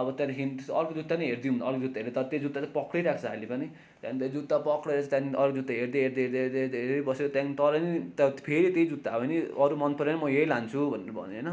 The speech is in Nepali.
अब त्यहाँदेखि अर्को जुत्ता पनि हेरिदिउँ अर्को जुत्ता हेऱ्यो तर त्यो जुत्ता चाहिँ पक्रिरहेको छ अहिले पनि त्यहाँदेखि त्यो जुत्ता पक्रेर चाहिँ त्यहाँदेखि अरू जुत्ता हेर्दै हेर्दै हेर्दै हेर्दे हेर्दै हेरी बस्यो त्यहाँदेखि तर नि फेरि त्यही जुत्ता अनि अरू मन परेन म यही लान्छु भनेर भन्यो होइन